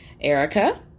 Erica